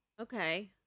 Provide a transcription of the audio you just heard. Okay